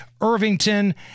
Irvington